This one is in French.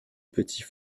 petit